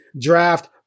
draft